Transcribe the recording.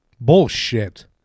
Bullshit